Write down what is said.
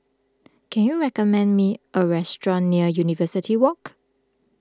can you recommend me a restaurant near University Walk